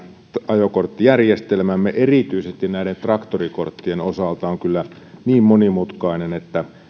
ajokorttijärjestelmämme erityisesti näiden traktorikorttien osalta on kyllä niin monimutkainen että